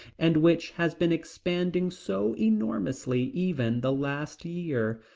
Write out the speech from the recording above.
and which has been expanding so enormously even the last year.